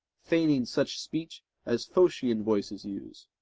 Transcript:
feigning such speech as phocian voices use.